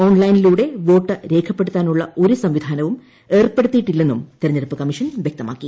ഓൺലൈനിലൂടെ വോട്ട് രേഖപ്പെടുത്താനുള്ള ഒരു സംവിധാനവും ഏർപ്പെടുത്തിയിട്ടി ല്ലെന്നും തെരഞ്ഞെടുപ്പ് കമ്മീഷൻ വ്യക്തമാക്കി